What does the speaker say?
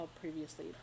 previously